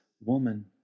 woman